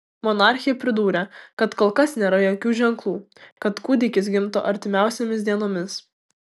monarchė pridūrė kad kol kas nėra jokių ženklų kad kūdikis gimtų artimiausiomis dienomis